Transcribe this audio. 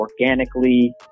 organically